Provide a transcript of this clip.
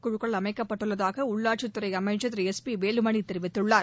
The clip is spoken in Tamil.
குழுக்கள் அமைக்கப்பட்டுள்ளதாக உள்ளாட்சித் துறை அமைச்சர் திரு எஸ் பி வேலுமணி தெரிவித்துள்ளார்